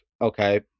okay